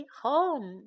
home